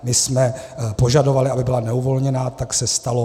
My jsme požadovali, aby byla neuvolněná, tak se stalo.